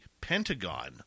Pentagon